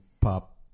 pop